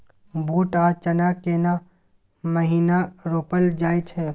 बूट आ चना केना महिना रोपल जाय छै?